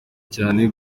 cane